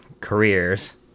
careers